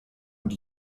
und